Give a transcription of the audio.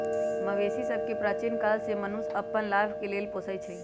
मवेशि सभके प्राचीन काले से मनुष्य अप्पन लाभ के लेल पोसइ छै